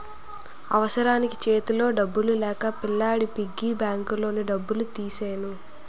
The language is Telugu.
అవసరానికి సేతిలో డబ్బులు లేక పిల్లాడి పిగ్గీ బ్యాంకులోని డబ్బులు తీసెను